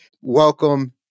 welcome